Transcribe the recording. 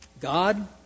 God